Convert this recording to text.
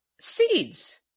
seeds